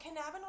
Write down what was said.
cannabinoids